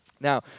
Now